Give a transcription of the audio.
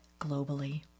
globally